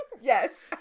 Yes